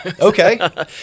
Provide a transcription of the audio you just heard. Okay